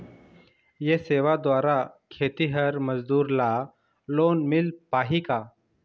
ये सेवा द्वारा खेतीहर मजदूर ला लोन मिल पाही का?